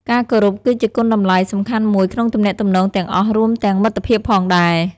ការគោរពគឺជាគុណតម្លៃសំខាន់មួយក្នុងទំនាក់ទំនងទាំងអស់ រួមទាំងមិត្តភាពផងដែរ។